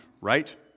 right